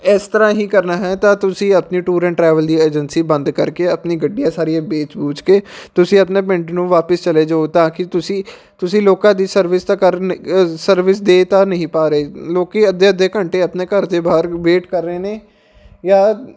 ਇਸ ਤਰ੍ਹਾਂ ਹੀ ਕਰਨਾ ਹੈ ਤਾਂ ਤੁਸੀਂ ਆਪਣੀ ਟੂਰ ਐਂਡ ਟਰੈਵਲ ਦੀ ਏਜੰਸੀ ਬੰਦ ਕਰ ਕੇ ਆਪਣੀ ਗੱਡੀਆਂ ਸਾਰੀਆਂ ਵੇਚ ਵੂਚ ਕੇ ਤੁਸੀਂ ਆਪਣੇ ਪਿੰਡ ਨੂੰ ਵਾਪਸ ਚਲੇ ਜਾਓ ਤਾਂ ਕਿ ਤੁਸੀਂ ਤੁਸੀਂ ਲੋਕਾਂ ਦੀ ਸਰਵਿਸ ਤਾਂ ਕਰ ਹੀਂ ਸਰਵਿਸ ਦੇ ਤਾਂ ਨਹੀਂ ਪਾ ਰਹੇ ਲੋਕ ਅੱਧੇ ਅੱਧੇ ਘੰਟੇ ਆਪਣੇ ਘਰ ਦੇ ਬਾਹਰ ਵੇਟ ਕਰ ਰਹੇ ਨੇ ਜਾਂ